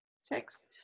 six